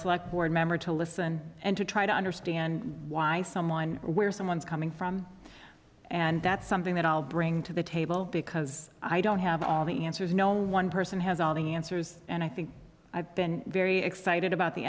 select board member to listen and to try to understand why someone where someone's coming from and that's something that i'll bring to the table because i don't have all the answers no one person has all the answers and i think i've been very excited about the